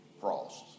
frosts